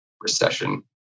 recession